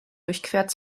durchquert